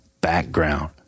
background